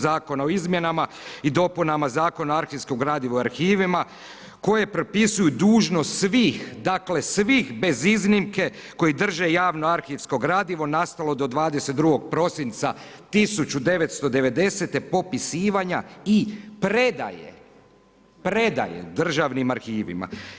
Zakona o izmjenama i dopunama Zakona o arhivskom gradivu i arhivima, koji propisuju dužnost, svih, dakle, svih bez iznimke, koje drže javno arhivsko gradivo nastalo do 22. prosinca 1990. popisivanja i predaje državnim arhivima.